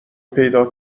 پیدا